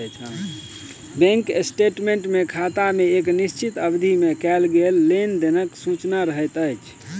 bank statement मे खाता मे एक निश्चित अवधि मे कयल गेल लेन देनक सूचना रहैत अछि